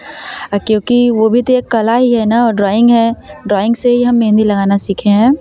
और क्योंकि वह भी तो एक कला ही है ना और ड्रॉइंग है ड्रॉइंग से ही हम मेहंदी लगाना सीखे हैं